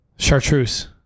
Chartreuse